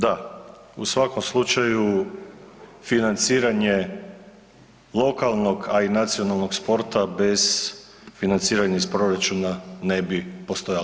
Da, u svakom slučaju financiranje lokalnog, a i nacionalnog sporta bez financiranja iz proračuna ne bi postojalo.